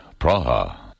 Praha